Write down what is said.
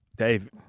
Dave